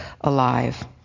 alive